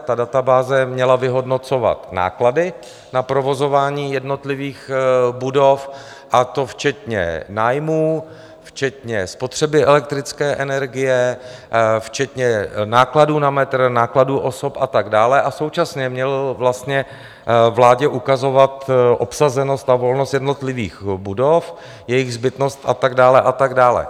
Ta databáze měla vyhodnocovat náklady na provozování jednotlivých budov, a to včetně nájmů, včetně spotřeby elektrické energie, včetně nákladů na metr, nákladů osob a tak dále, a současně měl vlastně vládě ukazovat obsazenost a volnost jednotlivých budov, jejich zbytnost a tak dále.